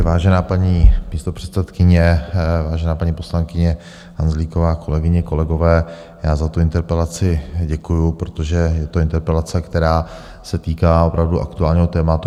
Vážená paní místopředsedkyně, vážená paní poslankyně Hanzlíková, kolegyně, kolegové, já za tu interpelaci děkuji, protože je to interpelace, která se týká opravdu aktuálního tématu.